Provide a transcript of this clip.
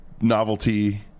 novelty